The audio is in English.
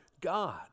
God